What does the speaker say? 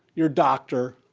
your doctor,